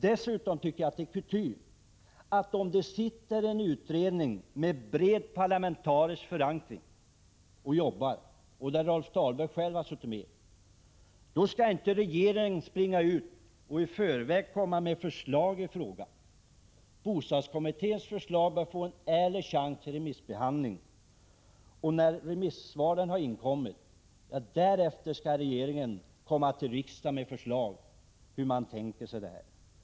Dessutom tycker jag att det är kutym att om det sitter en utredning med bred parlamentarisk förankring och arbetar — Rolf Dahlberg har själv suttit med i ifrågavarande utredning — skall inte regeringen i förväg lägga fram förslag i frågan. Bostadskommitténs förslag bör få en ärlig chans till remissbehandling. När remissvaren har inkommit skall regeringen komma till riksdagen med förslag.